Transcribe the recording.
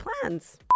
plans